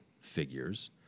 figures